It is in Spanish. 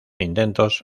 intentos